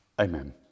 Amen